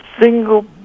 single